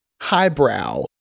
highbrow